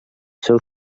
seus